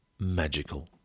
Magical